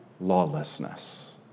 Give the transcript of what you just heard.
lawlessness